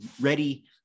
ready